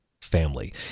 family